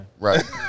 Right